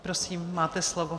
Prosím, máte slovo.